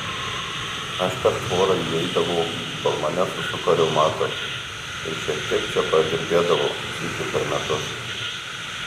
aš per tvorą įeidavau kol mane susuko reumatas ir šiek tiek čia padirbėdavau sykį per metus